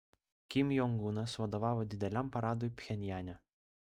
kim jong unas vadovavo dideliam paradui pchenjane